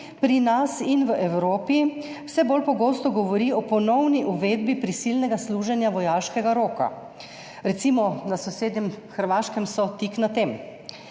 pri nas in v Evropi vse bolj pogosto govori o ponovni uvedbi prisilnega služenja vojaškega roka, recimo na sosednjem Hrvaškem so tik na tem.